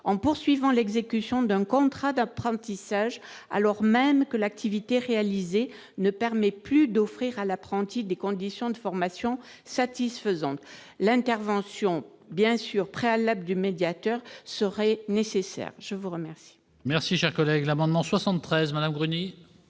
en poursuivant l'exécution d'un contrat d'apprentissage, alors même que l'activité réalisée ne permet plus d'offrir à l'apprenti des conditions de formation satisfaisantes. L'intervention préalable du médiateur serait évidemment nécessaire.